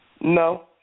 No